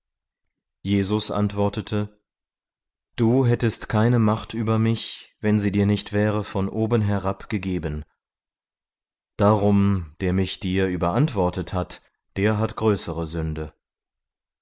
jesus antwortete du hättest keine macht über mich wenn sie dir nicht wäre von obenherab gegeben darum der mich dir überantwortet hat der hat größere sünde